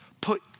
put